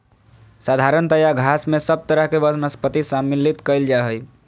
साधारणतय घास में सब तरह के वनस्पति सम्मिलित कइल जा हइ